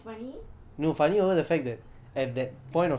funny over the fact that I use my friend's money